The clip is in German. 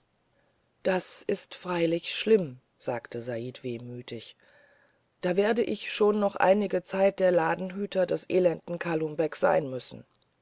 das ist freilich schlimm sagte said wehmütig da werde ich schon noch einige zeit der ladenhüter des elenden kalum beck sein müssen